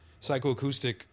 psychoacoustic